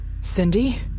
Cindy